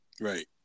Right